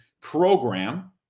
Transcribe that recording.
program